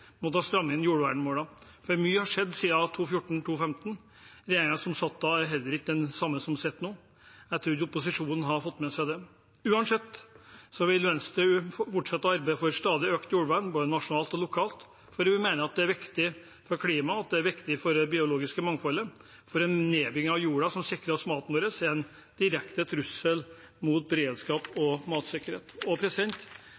inn jordvernmålene, for mye har skjedd siden 2014–2015. Regjeringen som satt da, er heller ikke den samme som sitter nå. Jeg trodde opposisjonen hadde fått med seg det. Uansett vil Venstre fortsette å arbeidet for stadig økt jordvern, både nasjonalt og lokalt, for vi mener at det er viktig for klimaet, og at det er viktig for det biologiske mangfoldet. For en nedbygging av jorda som sikrer oss maten vår, er en direkte trussel mot beredskap